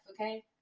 okay